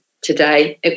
today